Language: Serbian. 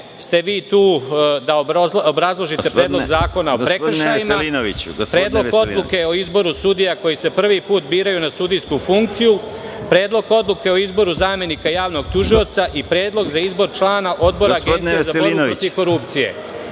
ste vi tu da obrazložite Predlog zakona o prekršajima, Predlog odluke o izboru sudija, koji se prvi put biraju na sudijsku funkciju, Predlog odluke o izboru zamenika javnog tužioca i Predlog za izbor člana Odbora Agencije za borbu protiv korupcije. Ako